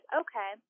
okay